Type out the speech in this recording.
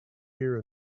here